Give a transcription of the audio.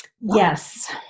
Yes